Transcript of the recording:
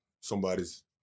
somebody's